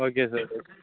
okay sir